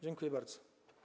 Dziękuję bardzo.